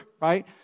right